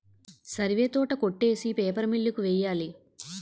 సరివే తోట కొట్టేసి paper mill కి వెయ్యాలి